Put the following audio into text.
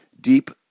deep